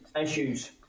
issues